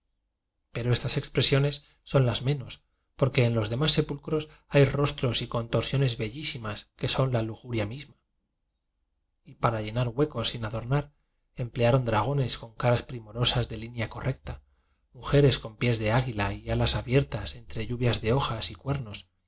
pero estas expresiones son las menos porque en los demás sepulcros hay rostros y contor siones bellísimas que son la lujuria misma y para llenar huecos sin adornar emplea ron dragones con caras primorosas de lí nea correcta mujeres con pies de águila y alas abiertas entre lluvias de hojas y cuer